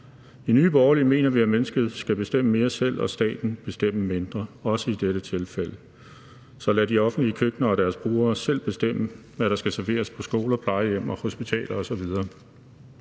I Nye Borgerlige mener vi, at mennesket skal bestemme mere selv og staten bestemme mindre, også i dette tilfælde. Så lad de offentlige køkkener og deres brugere selv bestemme, hvad der skal serveres på skoler, plejehjem, hospitaler osv.